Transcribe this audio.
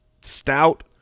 stout